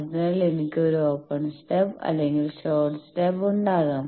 അതിനാൽ എനിക്ക് ഒരു ഓപ്പൺ സ്റ്റബ് അല്ലെങ്കിൽ ഷോർട്ട് സ്റ്റബ് ഉണ്ടാകാം